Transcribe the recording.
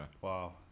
Wow